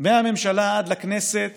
מהממשלה עד לכנסת